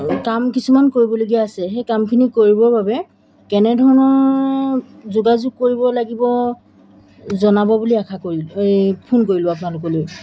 কাম কিছুমান কৰিবলগীয়া আছে সেই কামখিনি কৰিবৰ বাবে কেনেধৰণৰ যোগাযোগ কৰিব লাগিব জনাব বুলি আশা কৰিলোঁ এই ফোন কৰিলোঁ আপোনালোকলৈ